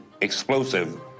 explosive